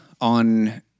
on